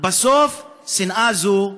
ובסוף שנאה זו הורגת.